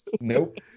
Nope